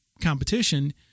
competition